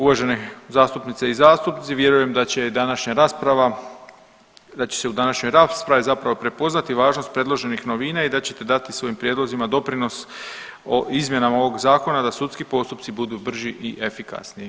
Uvažene zastupnice i zastupnici, vjerujem da će današnja rasprava, da će se u današnjoj raspravi zapravo prepoznati važnost predloženih novina i da ćete dati svojim prijedlozima doprinos o izmjenama ovog zakona da sudski postupci budu brži i efikasniji.